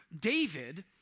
David